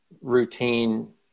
routine